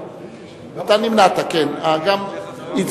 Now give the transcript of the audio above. כן, אתה נמנעת.